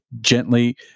gently